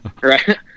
Right